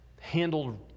handled